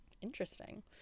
interesting